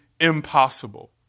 impossible